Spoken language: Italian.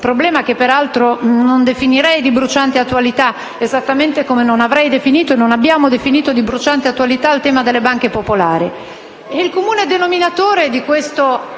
cooperativo, che peraltro non definirei di bruciante attualità, esattamente come non abbiamo definito di bruciante attualità il tema delle banche popolari.